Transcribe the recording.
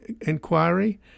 inquiry